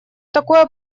такое